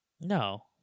No